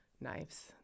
Knives